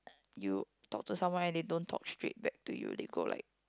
you talk to someone and they don't talk straight back to you they go like